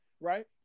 right